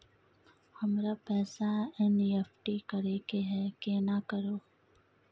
हमरा पैसा एन.ई.एफ.टी करे के है केना करू?